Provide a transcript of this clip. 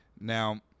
Now